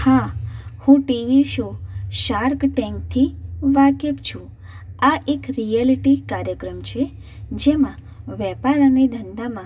હા હું TV show shark ટેન્કથી વાકેફ છું આ એક રિયાલિટી કાર્યક્રમ છે જેમાં વેપાર અને ધંધામાં